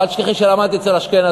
אבל אל תשכחי שלמדתי אצל אשכנזים,